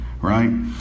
right